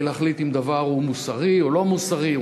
להחליט אם דבר הוא מוסרי או לא מוסרי,